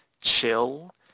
chill